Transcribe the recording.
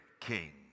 king